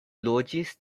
loĝis